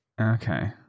Okay